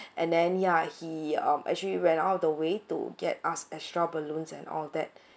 and then ya he um actually went all the way to get us extra balloons and all that